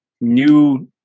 new